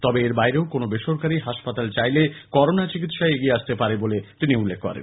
তবে এর বাইরেও কোন বেসরকারী হাসপাতাল চাইলে করোনা চিকিৎসায় এগিয়ে আসতে পারে বলে তিনি জানান